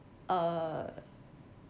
uh